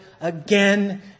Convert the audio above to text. again